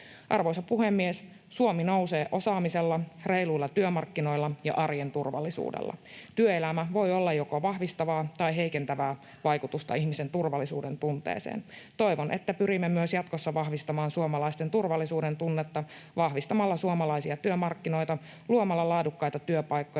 Arvoisa puhemies! Suomi nousee osaamisella, reiluilla työmarkkinoilla ja arjen turvallisuudella. Työelämällä voi olla joko vahvistavaa tai heikentävää vaikutusta ihmisen turvallisuudentunteeseen. Toivon, että pyrimme myös jatkossa vahvistamaan suomalaisten turvallisuudentunnetta vahvistamalla suomalaisia työmarkkinoita, luomalla laadukkaita työpaikkoja